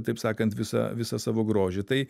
taip sakant visą visą savo grožį tai